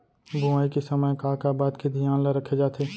बुआई के समय का का बात के धियान ल रखे जाथे?